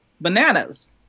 bananas